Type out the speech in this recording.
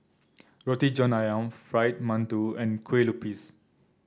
Roti John ayam Fried Mantou and Kueh Lupis